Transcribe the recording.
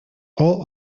all